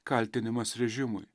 kaltinimas režimui